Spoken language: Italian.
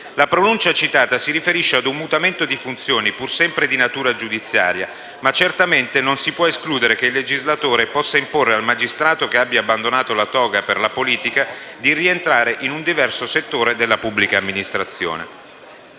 La pronuncia citata si riferisce ad un mutamento di funzioni pur sempre di natura giudiziaria, ma certamente non si può escludere che il legislatore possa imporre al magistrato che abbia abbandonato la toga per la politica di rientrare in un diverso settore della pubblica amministrazione.